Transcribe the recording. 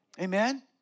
Amen